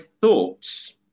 thoughts